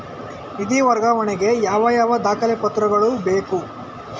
ನಿಧಿ ವರ್ಗಾವಣೆ ಗೆ ಯಾವ ಯಾವ ದಾಖಲೆ ಪತ್ರಗಳು ಬೇಕು?